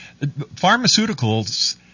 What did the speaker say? Pharmaceuticals